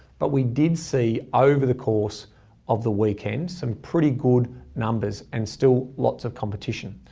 but we did see over the course of the weekend some pretty good numbers and still lots of competition.